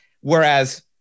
whereas